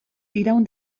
iraun